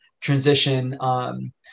transition